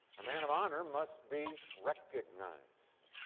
a man of honor must be recognized,